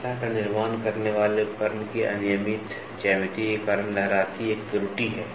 सतह का निर्माण करने वाले उपकरण की अनियमित ज्यामिति के कारण लहराती एक त्रुटि है